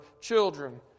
children